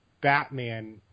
Batman